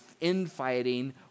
infighting